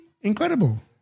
incredible